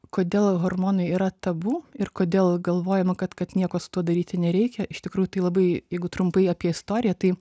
kodėl hormonai yra tabu ir kodėl galvojama kad kad nieko su tuo daryti nereikia iš tikrųjų tai labai trumpai apie istoriją tai